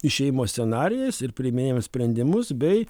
išėjimo scenarijais ir priiminėjam sprendimus bei